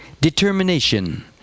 determination